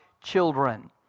children